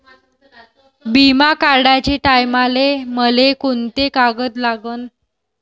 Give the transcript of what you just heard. बिमा काढाचे टायमाले मले कोंते कागद लागन?